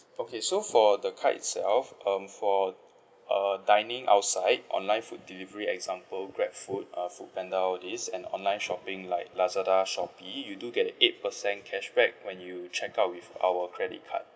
okay so for the card itself um for uh dining outside online food delivery example Grabfood uh FoodPanda all these and online shopping like Lazada Shopee you do get a eight percent cashback when you check out with our credit card